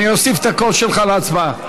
אני אוסיף את הקול שלך להצבעה.